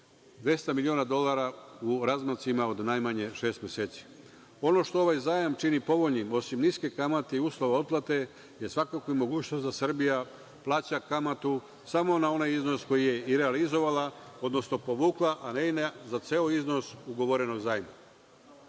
200 miliona dolara u razmacima od najmanje šest meseci. Ono što ovaj zajam čini povoljnim, osim niskih kamata i uslova otplate, je svakako i mogućnost da Srbija plaća kamatu samo na onaj iznos koji je i realizovala, odnosno povukla, a ne i za ceo iznos ugovorenog zajma. Kada